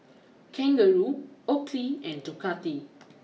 Kangaroo Oakley and Ducati